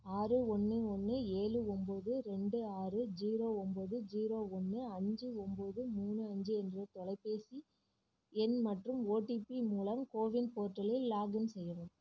ஆறு ஒன்று ஒன்று ஏழு ஒம்பது ரெண்டு ஆறு ஜீரோ ஒம்பது ஜீரோ ஒன்று அஞ்சு ஒம்பது மூணு அஞ்சு என்ற தொலைபேசி எண் மற்றும் ஓடிபி மூலம் கோவின் போர்ட்டலில் லாக்இன் செய்யவும்